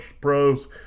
pros